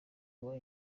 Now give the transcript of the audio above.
bobi